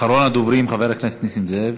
אחרון הדוברים, חבר הכנסת נסים זאב.